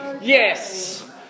Yes